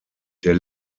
der